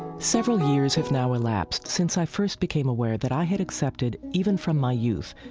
several years have now elapsed since i first became aware that i had accepted, even from my youth,